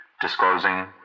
disclosing